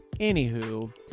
Anywho